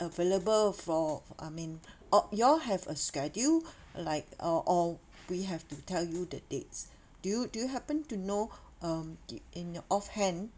available for I mean or you all have a schedule like uh or we have to tell you the dates do you do you happen to know um in your offhand